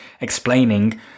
explaining